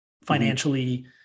financially